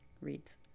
reads